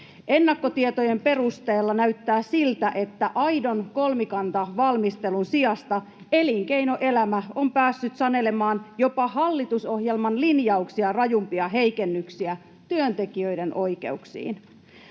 Ennakkotietojen perusteella näyttää siltä, että aidon kolmikantavalmistelun sijasta elinkeinoelämä on päässyt sanelemaan jopa hallitusohjelman linjauksia rajumpia heikennyksiä työntekijöiden oikeuksiin.